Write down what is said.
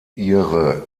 ihre